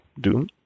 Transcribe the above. Doom